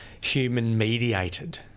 human-mediated